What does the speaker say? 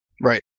Right